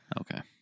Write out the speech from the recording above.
Okay